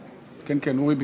כן, אורי ביקש.